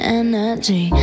energy